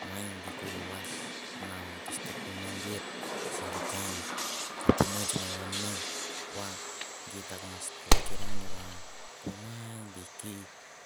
Mai di ko was na disturbim nge geit simbu kain kapinots malan ne ve gi ta ngas tlakiran va bu mai di